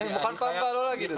אני מוכן בפעם הבאה לא להגיד את זה.